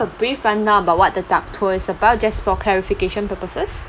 a brief rundown about what the duck tour is about just for clarification purposes